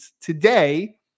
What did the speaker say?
today